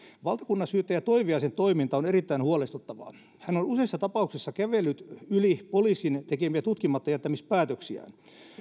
valtakunnansyyttäjä toiviaisen toiminta on erittäin huolestuttavaa hän on useissa tapauksissa kävellyt yli poliisin tekemien tutkimattajättämispäätösten